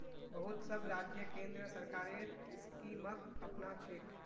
बहुत सब राज्य केंद्र सरकारेर स्कीमक अपनाछेक